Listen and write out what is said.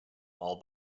all